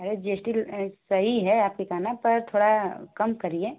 अरे जिसकी सही है आपके कहना पर थोड़ा कम करिए